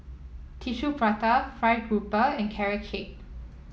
Tissue Prata fried grouper and Carrot Cake